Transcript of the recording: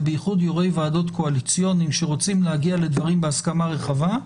ובייחוד יו"רי ועדות קואליציוניים שרוצים להגיע לדברים בהסכמה רחבה,